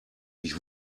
ich